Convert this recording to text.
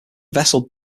vessel